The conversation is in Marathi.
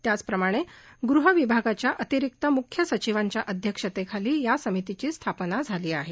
त्याचप्रमाणे ग्रहविभागाच्या अतिरिक्त मुख्य सचिवांच्या अध्यक्षतेखाली या समितीची स्थापना झाली आहे